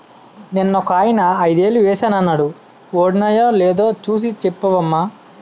నిన్నొకాయన ఐదేలు ఏశానన్నాడు వొడినాయో నేదో సూసి సెప్పవమ్మా